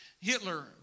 Hitler